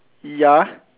ya